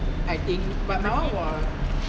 I think but my [one] was